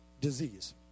disease